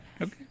Okay